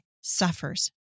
suffers